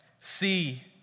See